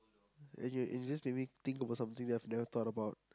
and you and you just you just made me think about something that I've never thought about